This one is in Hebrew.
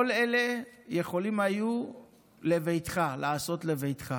עם כל אלה יכולת לעשות לביתך.